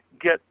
get